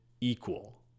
equal